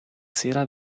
sera